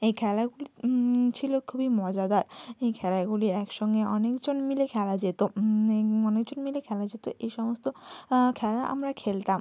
এই খেলাগুলি ছিল খুবই মজাদার এই খেলাগুলি একসঙ্গে অনেকজন মিলে খেলা যেত অনেকজন মিলে খেলা যেত এই সমস্ত খেলা আমরা খেলতাম